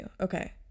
okay